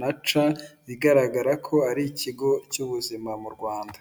na c bigaragara ko ar’ikigo cy'ubuzima mu rwanda.